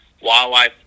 wildlife